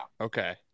Okay